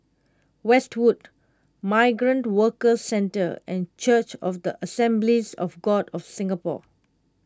Westwood Migrant Workers Centre and Church of the Assemblies of God of Singapore